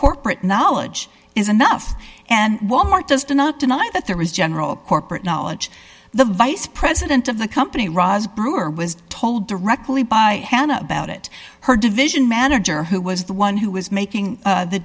corporate knowledge is enough and wal mart does not deny that there is general corporate knowledge the vice president of the company ross brewer was told directly by hannah about it her division manager who was the one who was making the